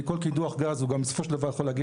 כי כל קידוח גז יכול להגיע בסופו של דבר גם לנפט,